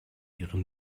ihrem